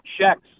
checks